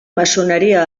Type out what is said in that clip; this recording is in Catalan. maçoneria